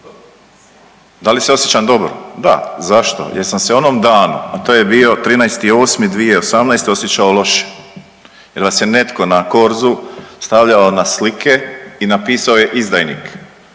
Da li se osjećam dobro? Da. Zašto? Jer sam se u onom danu, a to je 13.8.2018. osjećao loše jer vas je netko na korzu stavljao na slike i napisao je izdajnik.